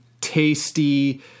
tasty